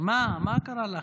מה קרה לכם?